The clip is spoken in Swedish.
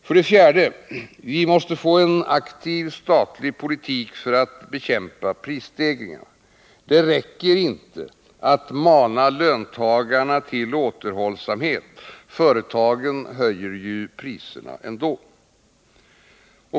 För det fjärde: Vi måste få en aktiv statlig politik för att bekämpa prisstegringarna. Det räcker inte att mana löntagarna till återhållsamhet — företagen höjer ju priserna ändå.